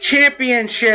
Championship